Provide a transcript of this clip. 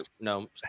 No